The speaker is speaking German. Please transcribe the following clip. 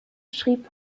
schrieb